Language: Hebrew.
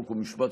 חוק ומשפט,